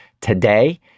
today